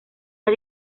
las